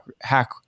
Hack